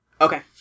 Okay